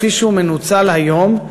כפי שהוא מנוצל היום,